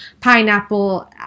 pineapple